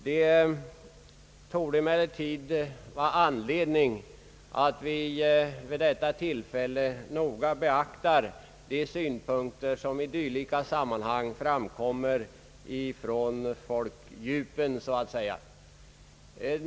Det torde emellertid finnas anledning att vid detta tillfälle noga beakta de synpunkter som i dylika sammanhang så att säga framkommer ifrån folkdjupen.